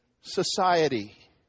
society